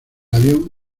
avión